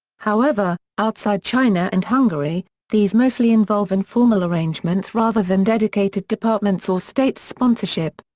however, outside china and hungary, these mostly involve informal arrangements rather than dedicated departments or state sponsorship.